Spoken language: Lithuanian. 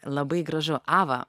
labai gražu ava